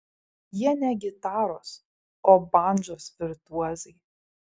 jie ne gitaros o bandžos virtuozai